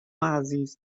عزیز